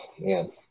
man